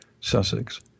Sussex